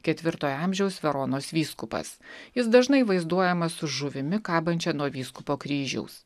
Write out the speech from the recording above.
ketvirtojo amžiaus veronos vyskupas jis dažnai vaizduojamas su žuvimi kabančia nuo vyskupo kryžiaus